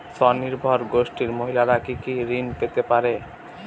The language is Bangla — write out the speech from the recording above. স্বনির্ভর গোষ্ঠীর মহিলারা কি কি ঋণ পেতে পারে?